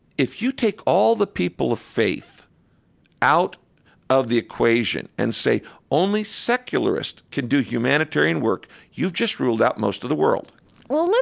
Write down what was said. if you take all the people of faith out of the equation and say only secularists could do humanitarian work, you've just ruled out most of the world well,